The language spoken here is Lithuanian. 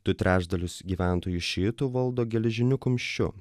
du trečdalius gyventojų šiitų valdo geležiniu kumščiu